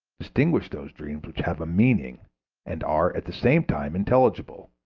distinguish those dreams which have a meaning and are, at the same time, intelligible,